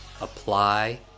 apply